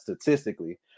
statistically